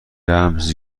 رمز